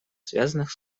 связанных